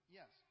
yes